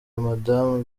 madame